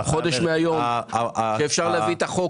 חודש מהיום שאפשר להביא את טיוטת החוק.